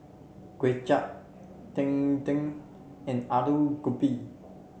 Kuay Chap Cheng Tng and Aloo Gobi